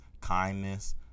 kindness